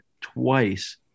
twice